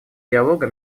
диалога